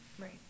Right